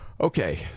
Okay